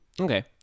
Okay